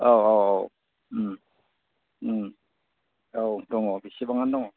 औ औ औ औ दङ बेसेबाङानो दङ